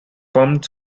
pumped